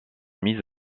mise